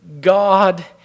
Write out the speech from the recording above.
God